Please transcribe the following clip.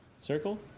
Circle